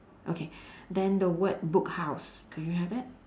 okay then the word book house do you have that